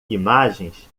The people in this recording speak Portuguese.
imagens